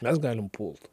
mes galim pult